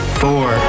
four